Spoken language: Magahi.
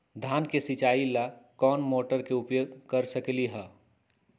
धान के सिचाई ला कोंन मोटर के उपयोग कर सकली ह?